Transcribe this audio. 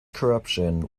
corruption